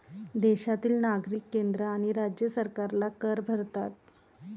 देशातील नागरिक केंद्र आणि राज्य सरकारला कर भरतात